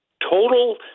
total